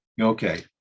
Okay